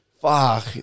Fuck